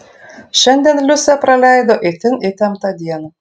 šiandien liusė praleido itin įtemptą dieną